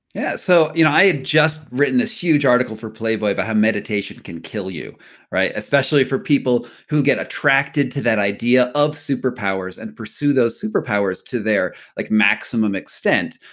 yeah so you know i had just written this huge article for playboy about but how meditation can kill you especially for people who get attracted to that idea of superpowers and pursue those superpowers to their like maximum extent.